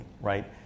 right